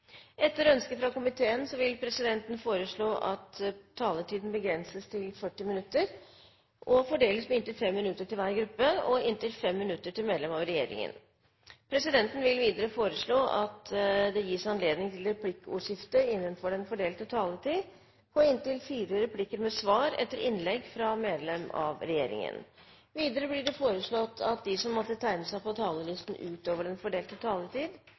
inntil 5 minutter til medlem av regjeringen. Videre vil presidenten foreslå at det gis anledning til replikkordskifte på inntil fire replikker med svar etter innlegg fra medlem av regjeringen. Videre blir det foreslått at de som måtte tegne seg på talerlisten utover den fordelte taletid,